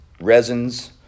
resins